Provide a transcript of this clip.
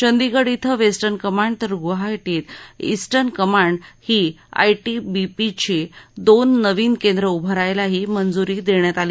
चंदिगड इथं western command तर गुवाहाटीत ईस्टर्न कमांड ही आयटीबीपीची दोन नवी केंद्र उभारायलाही मंजुरी देण्यात आली